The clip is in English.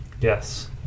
Yes